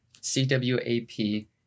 C-W-A-P